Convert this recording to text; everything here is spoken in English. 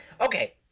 Okay